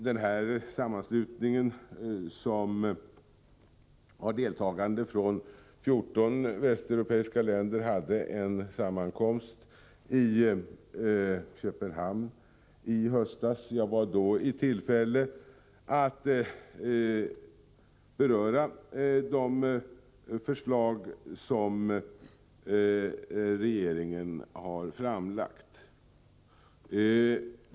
Den här sammanslutningen, som har deltagare från 14 västeuropeiska länder, hade en sammankomst i Köpenhamn i höstas. Jag hade då tillfälle att beröra de förslag som den svenska regeringen har framlagt.